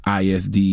ISD